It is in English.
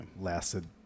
lasted